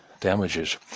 damages